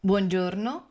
Buongiorno